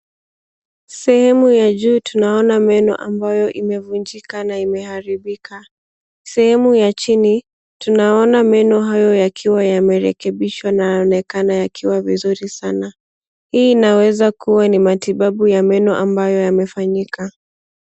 Sehemu ya juu tunaona meno ambayo imevunjika na imeharibika .Sehemu ya chini ,tunaona meno hayo yakiwa yamerekebishwa na yanaonekana yakiwa vizuri sana. Hii inaweza kuwa ni matibabu ya meno ambayo yamefanyika.